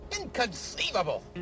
Inconceivable